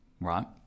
Right